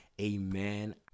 Amen